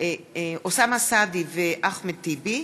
אוסאמה סעדי ואחמד טיבי,